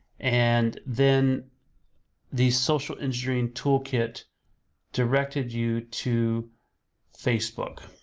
and then the social-engineering toolkit directed you to facebook,